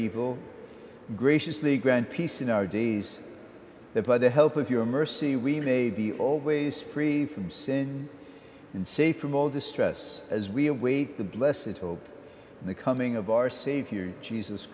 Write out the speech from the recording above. evil graciously grant peace in our days that by the help of your mercy we may be always free from sin and safe from all distress as we await the blessings hope and the coming of our savior jesus